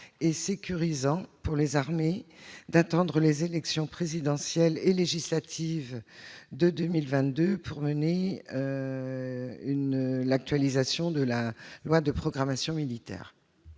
et sécurisant, pour les armées, d'attendre l'issue des élections présidentielles et législatives de 2022 pour procéder à l'actualisation de la loi de programmation militaire.